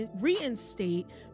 reinstate